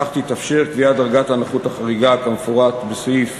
כך תתאפשר קביעת דרגת הנכות החריגה כמפורט בסעיף